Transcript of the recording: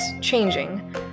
changing